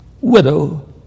widow